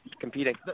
competing